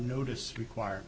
notice require